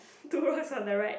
two rocks on the right